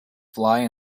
fly